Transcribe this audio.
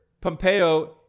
Pompeo